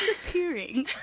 Disappearing